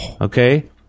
Okay